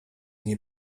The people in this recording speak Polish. nie